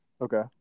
Okay